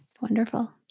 Wonderful